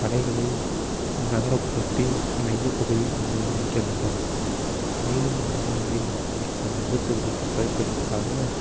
கடைகளில் நகர்ப்புறத்தின் மையப்பகுதியில் கொண்டுவந்து அமைக்க வேண்டும் மேலும் நகரங்களில் ஏற்படும் விபத்துகளை குறைப்பதற்காக